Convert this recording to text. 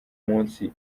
munsi